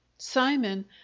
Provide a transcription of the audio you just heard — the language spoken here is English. simon